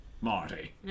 Marty